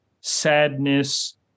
sadness